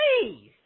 Please